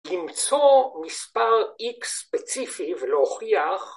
למצוא מספר x ספציפי ולהוכיח